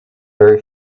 very